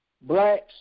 blacks